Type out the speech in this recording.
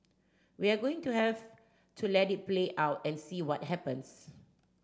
we're going to have to let it play out and see what happens